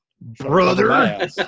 Brother